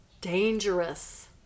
Dangerous